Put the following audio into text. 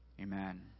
amen